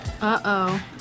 Uh-oh